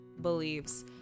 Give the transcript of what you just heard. beliefs